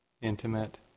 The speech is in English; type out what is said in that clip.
intimate